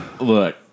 Look